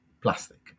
plastic